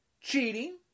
Cheating